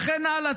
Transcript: וכן הלאה,